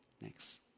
next